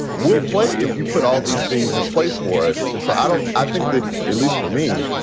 we'll play if you put all these things in place for us. and so i don't i think that at least for me,